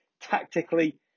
tactically